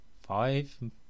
five